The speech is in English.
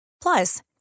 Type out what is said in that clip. Plus